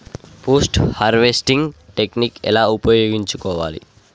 Post harvesting technique ఎలా ఉపయోగించుకోవాలి?